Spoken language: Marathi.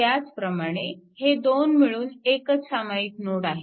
त्याच प्रमाणे हे दोन मिळून एकच सामायिक नोड आहे